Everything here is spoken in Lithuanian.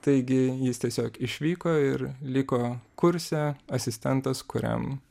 taigi jis tiesiog išvyko ir liko kurse asistentas kuriam